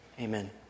amen